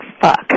fuck